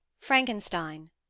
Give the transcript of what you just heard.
Frankenstein